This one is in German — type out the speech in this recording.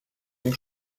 dem